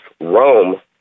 Rome